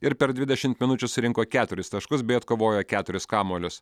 ir per dvidešimt minučių surinko keturis taškus bei atkovojo keturis kamuolius